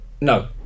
No